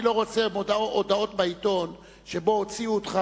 אני לא רוצה הודעות בעיתון שבהן הוציאו אותך